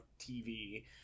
TV